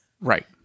Right